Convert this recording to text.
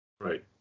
Right